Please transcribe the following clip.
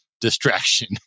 distraction